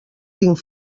tinc